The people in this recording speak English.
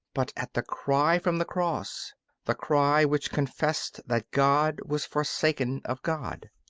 but at the cry from the cross the cry which confessed that god was forsaken of god.